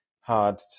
hard